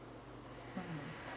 hmm